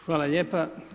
Hvala lijepa.